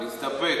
להסתפק.